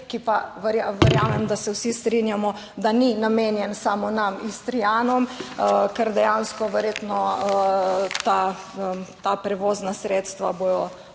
ki pa verjamem, da se vsi strinjamo, da ni namenjen samo nam Istrijanom, ker dejansko verjetno ta **70. TRAK: (VP)